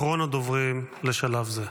אחרון הדוברים לשלב זה.